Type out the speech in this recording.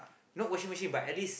not washing machine but at least